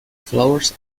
flowers